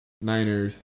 Niners